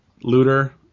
looter